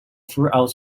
throughout